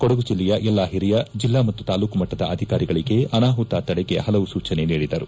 ಕೊಡಗು ಜಿಲ್ಡೆಯ ಎಲ್ಡಾ ಹಿರಿಯ ಜಿಲ್ಡಾ ಮತ್ತು ತಾಲ್ಲೂಕು ಮಟ್ಟದ ಅಧಿಕಾರಿಗಳಿಗೆ ಅನಾಹುತ ತಡೆಗೆ ಹಲವು ಸೂಚನೆ ನೀಡಿದರು